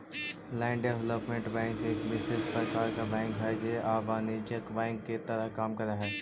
land development bank एक विशेष प्रकार के बैंक हइ जे अवाणिज्यिक बैंक के तरह काम करऽ हइ